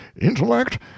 Intellect